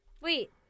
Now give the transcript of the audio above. Wait